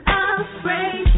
afraid